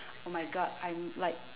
oh my god I'm like